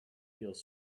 feels